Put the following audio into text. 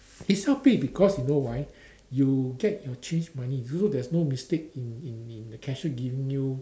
is self pay because you know why you get your change money so there's no mistake in in in the cashier giving you